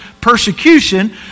persecution